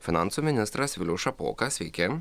finansų ministras vilius šapoka sveiki